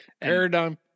Paradigm